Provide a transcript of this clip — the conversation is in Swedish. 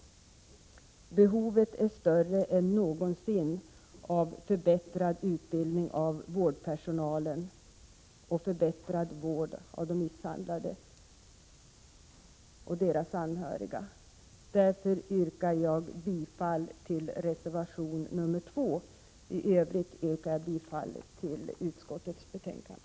Behovet är större än någonsin av förbättrad utbildning av vårdpersonalen och förbättrad vård av de misshandlade och deras anhöriga. Jag yrkar därför bifall till reservation nr 2. I övrigt yrkar jag bifall till utskottets hemställan.